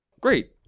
Great